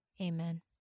Amen